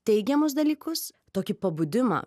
teigiamus dalykus tokį pabudimą